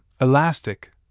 elastic